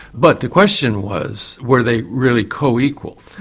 but the question was were they really co-equal.